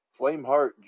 Flameheart